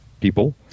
people